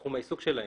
בתחום העיסוק שלהם.